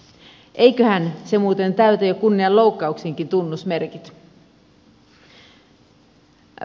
eiköhän se muuten täytä jo kunnianloukkauksenkin tunnusmerkit